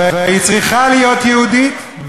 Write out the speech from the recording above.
והיא צריכה להיות יהודית,